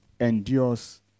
endures